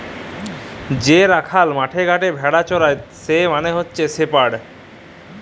যে রাখাল মাঠে ঘাটে ভেড়া চরাই সে মালে হচ্যে শেপার্ড